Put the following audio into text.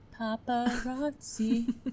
paparazzi